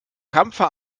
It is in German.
kampfe